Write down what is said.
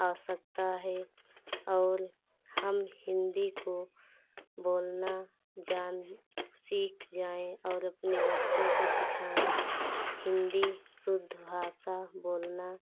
आवश्यकता है और हम हिन्दी को बोलना जान सीख जाएँ और अपने बच्चों को सिखाएँ हिन्दी शुद्ध भाषा बोलना